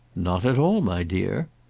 not at all, my dear.